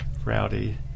rowdy